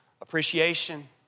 appreciation